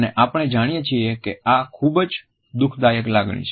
અને આપણે જાણીએ છીએ કે આ એક ખૂબ જ દુઃખદાયક લાગણી છે